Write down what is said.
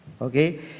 Okay